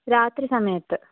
രാത്രി സമയത്ത്